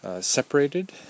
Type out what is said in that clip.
separated